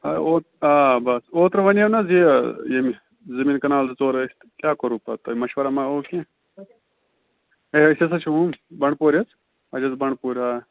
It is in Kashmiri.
آ اوت آ بَس اوترٕ وَنیٚو نہ حظ یہِ ییٚمہِ زٔمیٖن کَنال زٕ ژور ٲسۍ تہٕ کیاہ کوٚرو پَتہٕ تۄہہِ مَشوَر ما آو کیٚنٛہہ ہے أسۍ ہَسا چھِ ہُم بنٛڈپور حظ اَسہِ اوس بنٛڈپوٗر آ